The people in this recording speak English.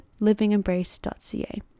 livingembrace.ca